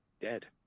dead